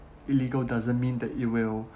illegal doesn't mean that it will